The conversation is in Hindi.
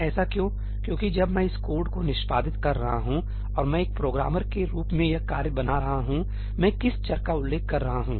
ऐसा क्यों क्योंकि जब मैं इस कोड को निष्पादित कर रहा हूं और मैं एक प्रोग्रामर के रूप में यह कार्य बना रहा हूंसहीमैं किस चर का उल्लेख कर रहा हूं